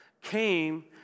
came